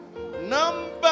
Number